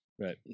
Right